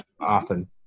Often